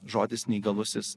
žodis neįgalusis